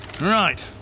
Right